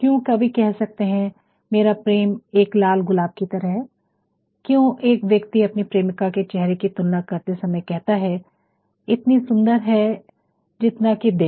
क्यों कवि कह सकते हैं मेरा प्रेम एक लाल गुलाब की तरह है क्यों एक व्यक्ति अपनी प्रेमिका के चेहरे की तुलना करते समय कहता है इतनी सुंदर है जितना कि दिन